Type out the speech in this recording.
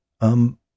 Um